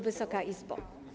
Wysoka Izbo!